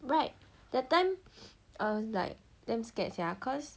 right that time I was like damn scared sia cause